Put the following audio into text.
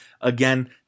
again